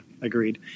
agreed